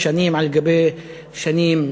שנים על גבי שנים,